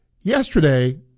yesterday